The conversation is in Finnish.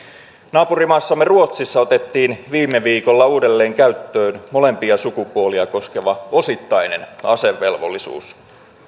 naapurimaassamme ruotsissa otettiin viime viikolla uudelleen käyttöön molempia sukupuolia koskeva osittainen asevelvollisuus